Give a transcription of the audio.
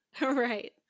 Right